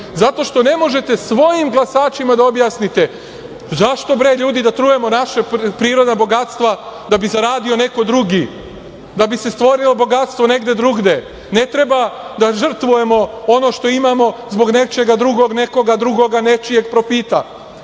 zato što ne možete svojim glasačima da objasnite - zašto bre ljudi da trujemo naša prirodna bogatstva da bi zaradio neko drugi, da bi se stvorilo bogatstvo negde drugde? Ne treba da žrtvujemo ono što imamo zbog nečega drugog, nekoga drugoga, nečijeg profita.